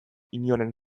inoren